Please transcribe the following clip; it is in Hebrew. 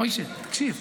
מוישה, תקשיב.